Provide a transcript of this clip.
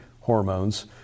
hormones